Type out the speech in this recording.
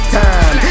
time